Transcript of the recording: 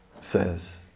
says